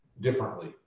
differently